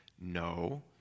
No